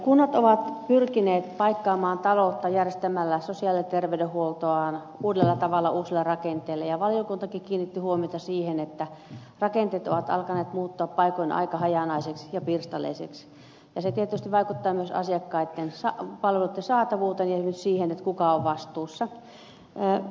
kunnat ovat pyrkineet paikkaamaan taloutta järjestämällä sosiaali ja terveydenhuoltoaan uudella tavalla uusilla rakenteilla ja valiokuntakin kiinnitti huomiota siihen että rakenteet ovat alkaneet muuttua paikoin aika hajanaisiksi ja pirstaleisiksi ja se tietysti vaikuttaa myös asiakkaitten palveluitten saatavuuteen ja juuri siihen kuka on vastuussa